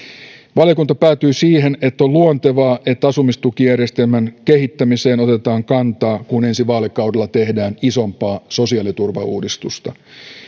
valiokunta päätyi siihen että on luontevaa että asumistukijärjestelmän kehittämiseen otetaan kantaa kun ensi vaalikaudella tehdään isompaa sosiaaliturvauudistusta